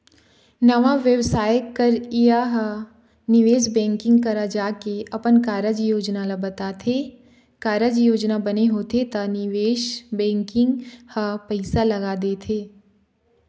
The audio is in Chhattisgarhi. नवा बेवसाय करइया ह निवेश बेंकिग करा जाके अपन कारज योजना ल बताथे, कारज योजना बने होथे त निवेश बेंकिग ह पइसा लगा देथे